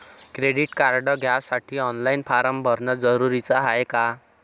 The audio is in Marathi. क्रेडिट कार्ड घ्यासाठी ऑनलाईन फारम भरन जरुरीच हाय का?